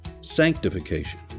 Sanctification